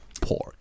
Pork